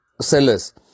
sellers